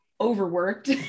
overworked